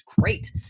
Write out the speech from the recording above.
great